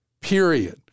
period